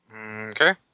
Okay